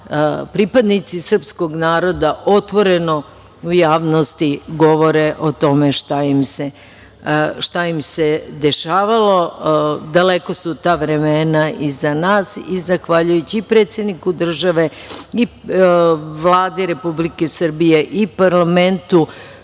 pripadnici srpskog naroda otvoreno u javnosti govore o tome šta im se dešavalo. Daleko su ta vremena iza nas, i zahvaljujući i predsedniku države i Vladi Republike Srbije, i parlamentu,